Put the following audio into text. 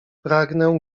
pragnę